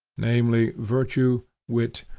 namely virtue, wit,